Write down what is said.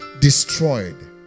destroyed